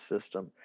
system